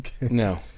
no